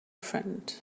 friend